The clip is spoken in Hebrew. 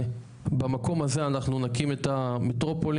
ובמקום הזה אנחנו נקים את המטרופולין,